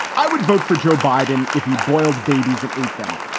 i would vote for joe biden if he boiled babies and ate them.